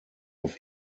auf